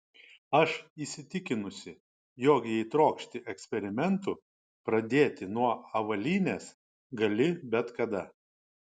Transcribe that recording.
aš įsitikinusi jog jei trokšti eksperimentų pradėti nuo avalynės gali bet kada